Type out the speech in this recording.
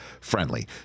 friendly